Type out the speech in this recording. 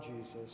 Jesus